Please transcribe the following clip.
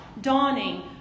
dawning